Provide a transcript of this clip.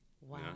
Wow